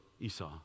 Esau